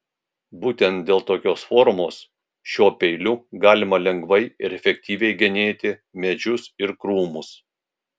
būtent dėl tokios formos šiuo peiliu galima lengvai ir efektyviai genėti medžius ir krūmus